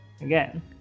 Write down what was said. again